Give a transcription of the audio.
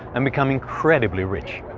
and become incredibly rich.